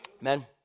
Amen